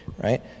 right